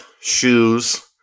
Shoes